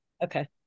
Okay